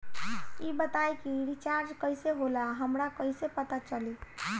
ई बताई कि रिचार्ज कइसे होला हमरा कइसे पता चली?